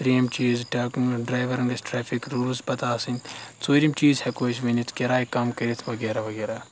ترٛییِم چیٖز ڈ ڈرٛایوَرَن گژھِ ٹرٛیفِک روٗلٕز پَتہٕ آسٕنۍ ژوٗرِم چیٖز ہٮ۪کو أسۍ ؤنِتھ کِراے کَم کٔرِتھ وغیرہ وغیرہ